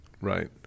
right